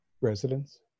residents